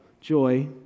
joy